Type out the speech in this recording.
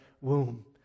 womb